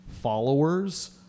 followers